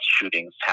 shootings